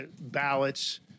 ballots